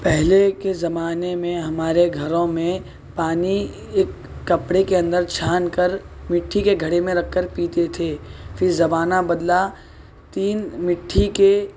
پہلے کے زمانے میں ہمارے گھروں میں پانی ایک کپڑے کے اندر چھان کر مٹی کے گھڑے میں رکھ کر پیتے تھے پھر زمانہ بدلا تین مٹی کے